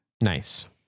Nice